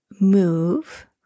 move